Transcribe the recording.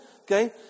okay